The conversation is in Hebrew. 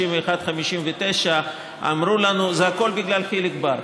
61:59. אמרו לנו: זה הכול בגלל חיליק בר.